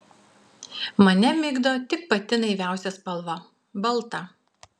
mane migdo tik pati naiviausia spalva balta